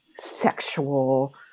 sexual